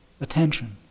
attention